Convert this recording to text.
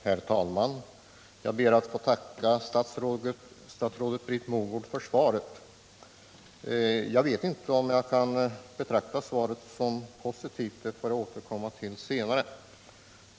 Herr talman! Jag ber att få tacka statsrådet Britt Mogård för svaret. Jag vet inte om jag kan betrakta svaret som positivt, det får jag återkomma till senare.